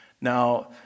Now